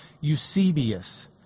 Eusebius